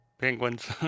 penguins